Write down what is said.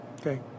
Okay